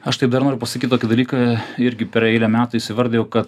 aš tai dar noriu pasakyt tokį dalyką irgi per eilę metų įsivardijau kad